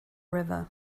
river